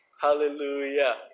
Hallelujah